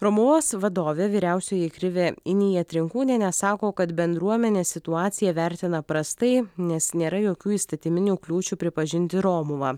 romuvos vadovė vyriausioji krivė inijatrinkūnienė sako kad bendruomenė situaciją vertina prastai nes nėra jokių įstatyminių kliūčių pripažinti romuvą